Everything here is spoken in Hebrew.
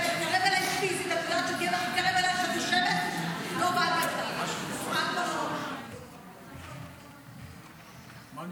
אני רוצה להודות לחברת הכנסת פנינו תמנו,